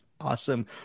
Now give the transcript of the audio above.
awesome